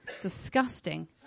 disgusting